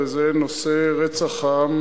וזה רצח העם